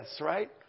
right